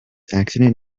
accident